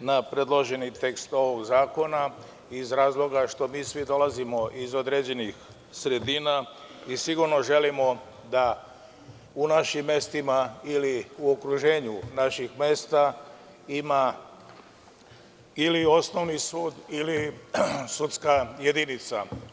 na predloženi tekst ovog zakona iz razloga što mi svi dolazimo iz određenih sredina i sigurno želimo da u našim mestima ili u okruženju naših mesta, ima ili osnovni sud ili sudska jedinica.